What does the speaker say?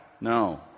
no